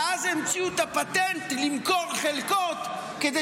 ואז המציאו את הפטנט למכור חלקות כדי